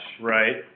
Right